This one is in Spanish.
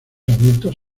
adultos